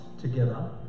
together